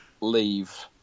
leave